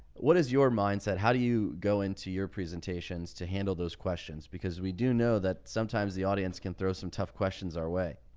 what is your mindset? how do you go into your presentations to handle those questions? because we do know that sometimes the audience can throw some tough questions our way.